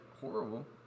horrible